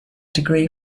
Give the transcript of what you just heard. degree